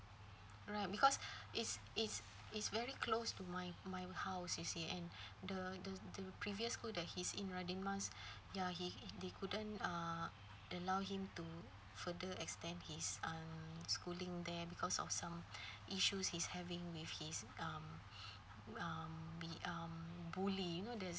alright because it's it's it's very close to my my house you see and the the the previous school that he's in radin mas ya he he he couldn't uh allow him to further extend his um schooling there because of some issues he's having with his um um be um bully you know